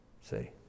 See